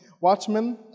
Watchmen